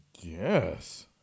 Yes